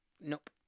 Nope